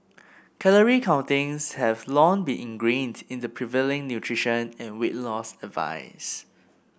calorie counting has long been ingrained in the prevailing nutrition and weight loss advice